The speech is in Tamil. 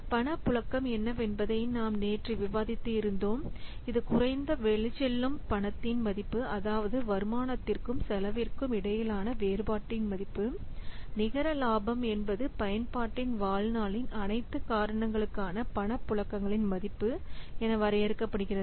பணப்புழக்கம் என்னவென்பதை நாம் நேற்று விவாதித்து இருந்தோம் இது குறைந்த வெளிச்செல்லும் பணத்தின் மதிப்பு அதாவது வருமானத்திற்கும் செலவிற்கும் இடையிலான வேறுபாட்டின் மதிப்பு நிகர லாபம் என்பது பயன்பாட்டின் வாழ்நாளின் அனைத்து காரணங்களுக்கான பணப்புழக்கங்களின் மதிப்பு என வரையறுக்கப்படுகிறது